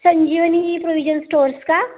संजीवनी provision stores का